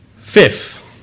Fifth